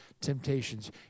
temptations